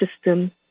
system